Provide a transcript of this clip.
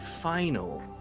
final